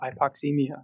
hypoxemia